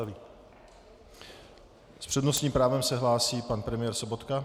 S přednostním právem se hlásí pan premiér Sobotka.